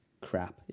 crap